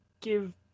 give